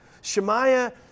Shemaiah